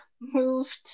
moved